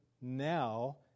now